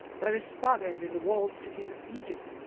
there is famine in the walled cities of egypt,